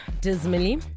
dismally